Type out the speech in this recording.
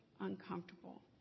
uncomfortable